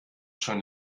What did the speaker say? schon